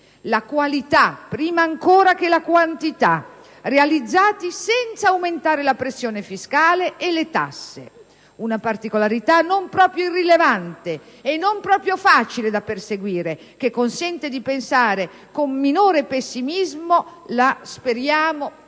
qualità, prima ancora che alla quantità), realizzati senza aumentare la pressione fiscale e le tasse. Una particolarità non proprio irrilevante e non proprio facile da perseguire che consente di pensare con minore pessimismo - speriamo